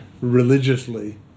religiously